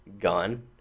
gone